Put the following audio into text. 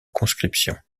conscription